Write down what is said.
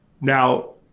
Now